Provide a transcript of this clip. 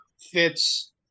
fits